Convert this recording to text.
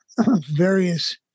various